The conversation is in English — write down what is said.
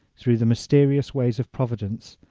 through the mysterious ways of providence,